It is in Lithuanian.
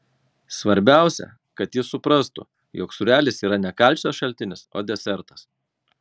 svarbiausia kad jis suprastų jog sūrelis yra ne kalcio šaltinis o desertas